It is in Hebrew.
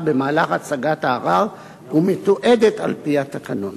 במהלך הצגת הערר ומתועדת על-פי התקנון.